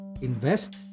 Invest